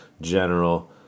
general